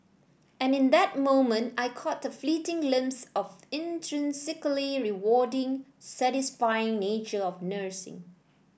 and in that moment I caught a fleeting glimpse of the intrinsically rewarding satisfying nature of nursing